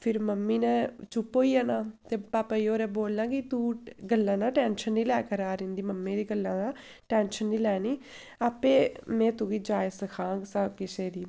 फिर मम्मी ने चुप होई जाना ते पापा जी होरें बोलना कि तूं गल्ला नां टैंशन निं लै करा कर इं'दी मम्मी दी गल्ला दा टैंशन निं लैनी आपें में तुगी जाच सखाङ सब किसै दी